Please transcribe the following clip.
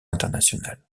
international